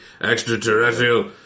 Extraterrestrial